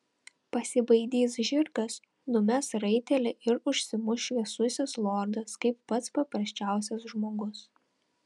pasibaidys žirgas numes raitelį ir užsimuš šviesusis lordas kaip pats paprasčiausias žmogus